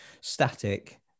static